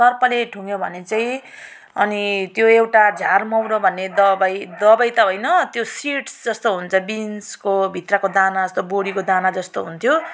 सर्पले ठुङ्यो भने चाहिँ अनि त्यो एउटा झारमौरो भन्ने दबाई दबाई त होइन त्यो सिड्स जस्तो हुन्छ बिन्सको भित्रको दाना जस्तो बोडीको दाना जस्तो हुन्थ्यो